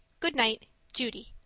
good night, judy